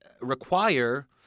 require